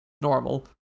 Normal